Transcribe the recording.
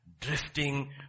drifting